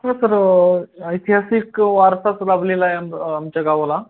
हो सर ऐतिहासिक वारसाच लाभलेला आहे आम आमच्या गावाला